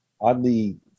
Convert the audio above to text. oddly